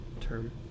term